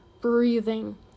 breathing